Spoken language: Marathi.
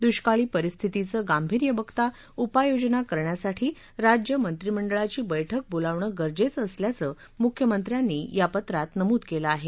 दुष्काळी परिस्थितीचं गांभीर्य बघता उपाययोजना करण्यासाठी राज्य मंत्रिमंडळाची बैठक बोलावणं गरजेचं असल्याचं मुख्यमंत्र्यांनी या पत्रात नमूद केलं आहे